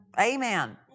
Amen